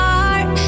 heart